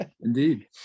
indeed